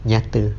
nyata